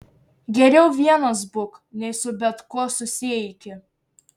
geriau vienas būk nei su bet kuo susieiki